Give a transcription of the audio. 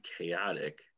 chaotic